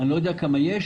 אני לא יודע כמה יש,